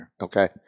Okay